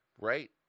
right